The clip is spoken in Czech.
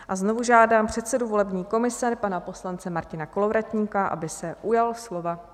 A znovu žádám předsedu volební komise, pana poslance Martina Kolovratníka, aby se ujal slova.